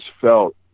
felt